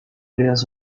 areas